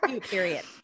period